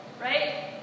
right